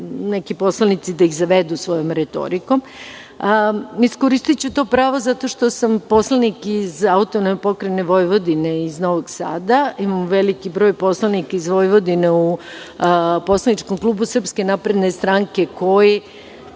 neki poslanici da ih zavedu svojom retorikom. Iskoristiću to pravo zato što sam poslanik iz AP Vojvodine iz Novog Sada. Imam veliki broj poslanika iz Vojvodine u poslaničkom klubu SNS koji